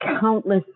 countless